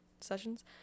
sessions